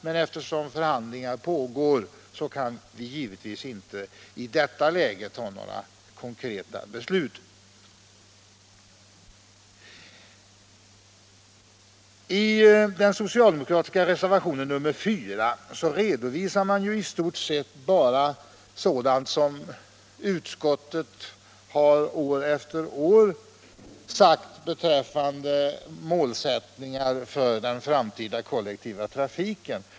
Men eftersom förhandlingar pågår kan vi givetvis inte i detta läge ta några konkreta beslut. I den socialdemokratiska reservationen nr 4 redovisar man i stort sett bara sådant som utskottet år efter år har sagt beträffande målsättningar för den framtida kollektiva trafiken.